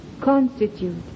constitute